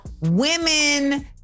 women